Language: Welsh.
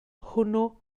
hwnnw